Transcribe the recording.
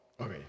Okay